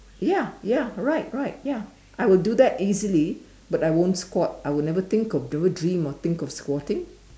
ya ya right right ya I will do that easily but I won't squat I would never think of never dream or think of squatting